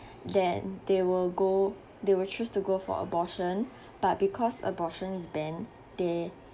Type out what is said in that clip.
then they will go they will choose to go for abortion but because abortion is banned they